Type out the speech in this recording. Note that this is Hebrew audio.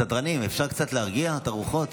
סדרנים, אפשר קצת להרגיע את הרוחות?